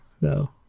no